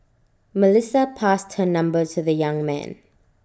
Melissa passed her number to the young man